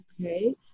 Okay